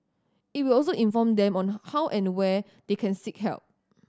it will also inform them on how and where they can seek help